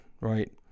right